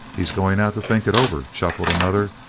he's going out to think it over! chuckled another.